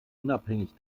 unabhängig